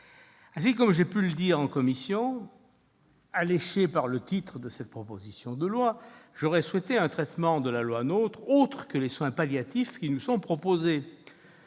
Ainsi, comme j'ai pu le dire en commission, alléché par le titre de la présente proposition de loi, j'aurais souhaité un traitement de la loi NOTRe autre que les soins palliatifs qui nous sont proposés.